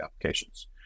applications